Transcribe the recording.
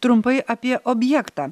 trumpai apie objektą